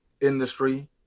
industry